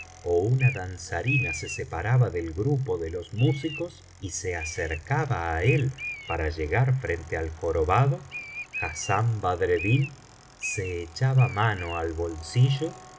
ó una danzarina se separaba del grupo de los músicos y se acercaba á él para llegar frente al jorobado hassán badreddin se echaba mano al bolsillo y